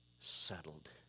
settled